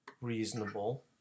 reasonable